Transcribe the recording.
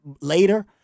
later